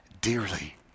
dearly